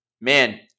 Man